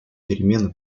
перемены